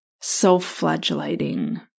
self-flagellating